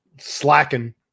slacking